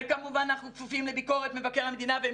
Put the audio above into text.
וכמובן אנחנו כפופים לביקורת מבקר המדינה והם